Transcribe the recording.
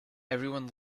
everyone